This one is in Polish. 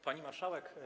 Pani Marszałek!